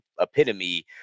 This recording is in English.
epitome